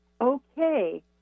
okay